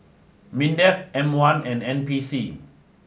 MINDEF M one and N P C